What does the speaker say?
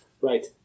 Right